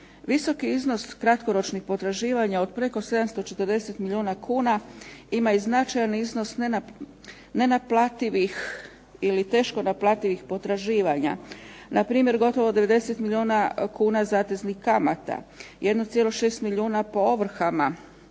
Visoki iznos kratkoročnih potraživanja od preko 740 milijuna kuna ima i značajan iznos nenaplativih ili teško naplativih potraživanja. Na primjer, gotovo 90 milijuna kuna zateznih kamata, 1,6 milijuna po sudskim